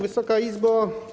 Wysoka Izbo!